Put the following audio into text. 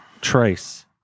Trace